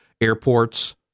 airports